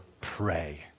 pray